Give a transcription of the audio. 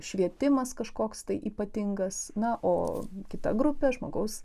švietimas kažkoks ypatingas na o kita grupė žmogaus